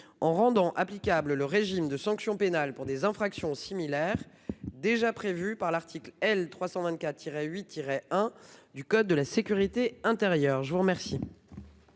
en rendant applicable le régime de sanctions pénales pour des infractions similaires déjà prévu par l'article L. 324-8-1 du code de la sécurité intérieure. Quel